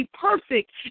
perfect